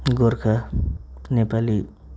Gorkha Nepali